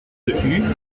hue